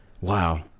Wow